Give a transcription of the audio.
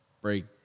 break